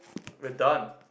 we are done